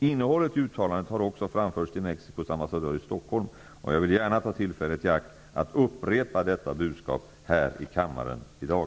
Innehållet i uttalandet har också framförts till Mexicos ambassadör i Stockholm, och jag vill gärna ta tillfället i akt att upprepa detta budskap här i kammaren i dag.